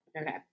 okay